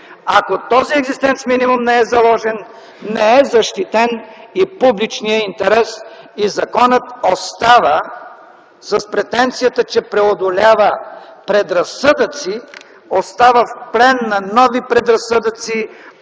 Ако този екзистенц-минимум не е заложен, не е защитен и публичният интерес. И законът остава с претенцията, че преодолява предразсъдъци, но остава в плен на нови предразсъдъци,